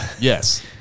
yes